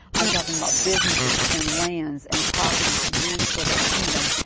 i'm talking about businesses and lands and properties to use for the kingdom.